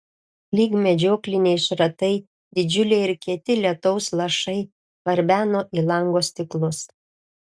lyg medžiokliniai šratai didžiuliai ir kieti lietaus lašai barbeno į lango stiklus